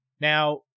Now